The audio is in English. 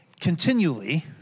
continually